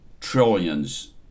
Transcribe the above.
trillions